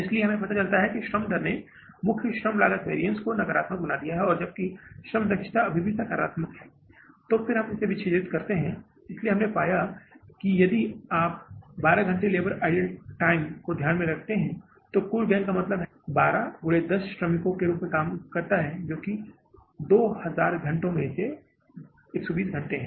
इसलिए हमें पता चला कि श्रम दर ने मुख्य श्रम लागत वैरिअन्स को नकारात्मक बना दिया है जबकि श्रम दक्षता अभी भी सकारात्मक है और फिर हम विच्छेदित करते हैं इसलिए हमने पाया कि यदि आप 12 घंटे के लेबर आइडल टाइम को ध्यान में रखते हैं कुल गैंग का मतलब है जो 12 गुणे दस श्रमिकों के रूप में काम करता है जो की कुल 2000 घंटों में से 120 घंटे है